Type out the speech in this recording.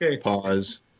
pause